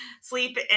sleep